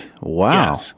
Wow